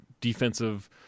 defensive